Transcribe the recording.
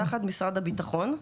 אנחנו תחת משרד הביטחון.